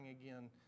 again